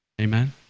Amen